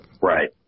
Right